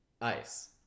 ice